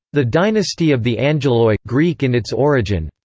the dynasty of the angeloi, greek in its origin.